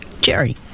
Jerry